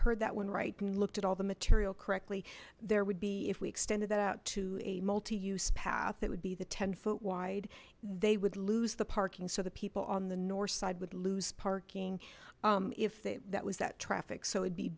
heard that one right and looked at all the material correctly there would be if we extended that out to a multi use path that would be the ten foot wide they would lose the parking so the people on the north side would lose parking if they that was that traffic so it'd be